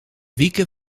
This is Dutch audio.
wieken